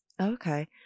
Okay